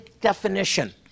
definition